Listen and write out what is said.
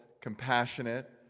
compassionate